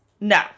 No